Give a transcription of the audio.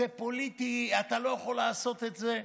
זה פוליטי, אתה לא יכול לעשות את זה.